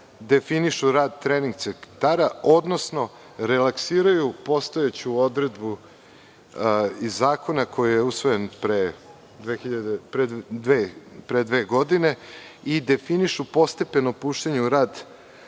definišu rad trening centara odnosno relaksiraju postojeću odredbu iz zakona koji je usvojen pre dve godine i definišu postepeno puštanje u rad